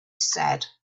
said